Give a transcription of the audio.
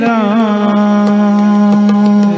Ram